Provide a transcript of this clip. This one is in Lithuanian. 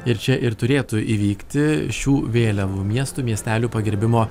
ir čia ir turėtų įvykti šių vėliavų miestų miestelių pagerbimo